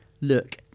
look